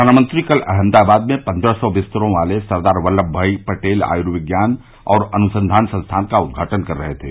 प्रधानमंत्री कल अहमदाबाद में पन्द्रह सौ बिस्तरों वाले सरदार वल्लभभाई पटेल आयुर्विज्ञान और अनुसंधान संस्थान का उद्घाटन कर रहे थे